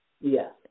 Yes